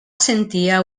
sentia